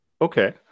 Okay